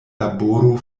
laboru